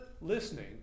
listening